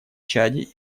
чаде